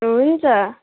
हुन्छ